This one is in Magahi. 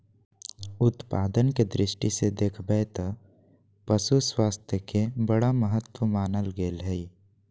उत्पादन के दृष्टि से देख बैय त पशु स्वास्थ्य के बड़ा महत्व मानल गले हइ